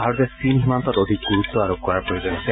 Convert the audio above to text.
ভাৰতে চীন সীমান্তত অধিক গুৰুত্ব আৰোপ কৰাৰ প্ৰয়োজন আছে